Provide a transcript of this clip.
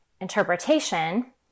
interpretation